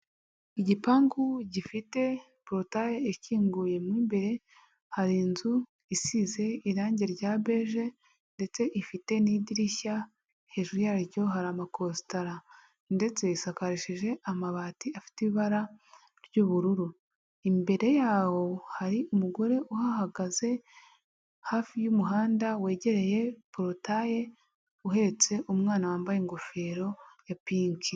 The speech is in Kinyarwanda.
Igipangu gifite porotaye ikinguye mo imbere hari inzu isize irangi rya beje ndetse ifite n'idirishya hejuru yaryo hari amakositara ndetse isakarishije amabati afite ibara ry'ubururu, imbere yawo hari umugore uhagaze hafi y'umuhanda wegereye porotaye uhetse umwana wambaye ingofero ya pinki.